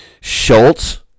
Schultz